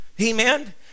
amen